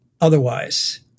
otherwise